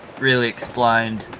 really explained